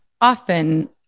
often